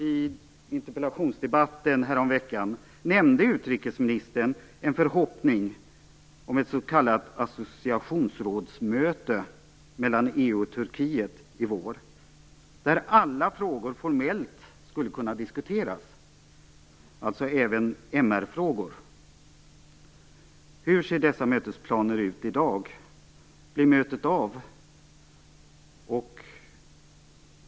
I interpellationsdebatten häromveckan nämnde utrikesministern en förhoppning om ett s.k. associationsrådsmöte mellan EU och Turkiet, där alla frågor formellt skulle kunna diskuteras, alltså även MR-frågor. Hur ser dessa mötesplaner ut i dag? Blir mötet av?